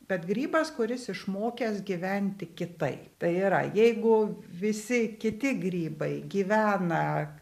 bet grybas kuris išmokęs gyventi kitai tai yra jeigu visi kiti grybai gyvena